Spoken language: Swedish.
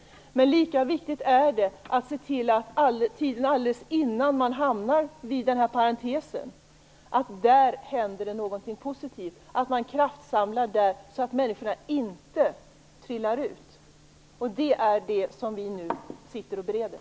Men lika viktigt är det att se till att det, tiden alldeles innan man hamnar vid den bortre parentesen, händer någonting positivt. Man måste kraftsamla där, så att människorna inte trillar ut ur systemet. Det är det vi nu sitter och bereder.